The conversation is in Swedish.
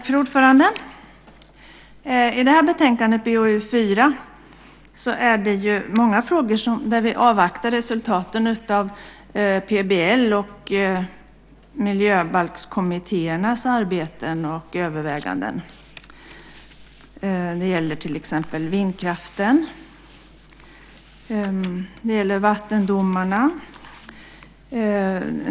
Fru talman! I betänkande BoU4 finns det många frågor där vi avvaktar resultaten av PBL och miljöbalkskommittéernas arbeten och överväganden. Det gäller till exempel vindkraften och vattendomarna.